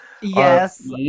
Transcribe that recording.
Yes